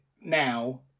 now